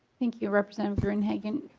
thank you representative gruenhagen.